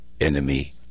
enemy